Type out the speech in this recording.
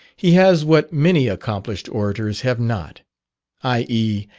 he has what many accomplished orators have not i e,